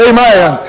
Amen